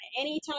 anytime